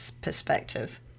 perspective